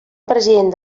president